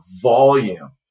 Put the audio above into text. volume